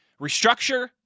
restructure